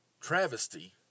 travesty